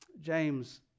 James